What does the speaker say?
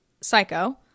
psycho